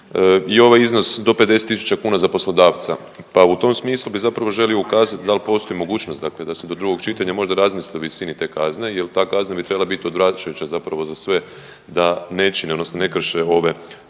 i ovaj iznos do 50.000 kuna za poslodavca, pa u tom smislu bi zapravo želio ukazat dal postoji mogućnost dakle da se do drugog čitanja možda razmisli o visini te kazne jel ta kazna bi trebala bit odvraćajuća zapravo za sve da ne čine odnosno ne krše ove odredbe